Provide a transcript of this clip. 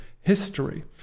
history